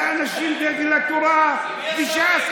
לאנשים מדגל התורה וש"ס,